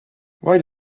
why